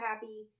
happy